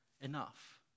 enough